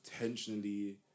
intentionally